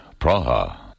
Praha